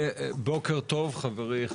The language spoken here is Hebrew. בוקר טוב חברי,